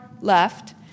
left